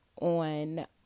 on